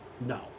No